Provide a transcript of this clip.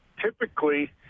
typically